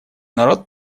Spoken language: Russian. народ